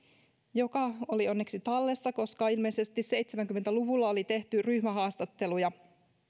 joka oli onneksi tallessa koska ilmeisesti seitsemänkymmentä luvulla oli tehty ryhmähaastatteluja